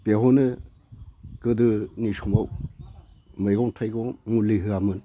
बेवनो गोदोनि समाव मैगं थाइगं मुलि होआमोन